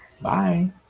bye